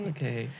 Okay